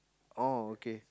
oh okay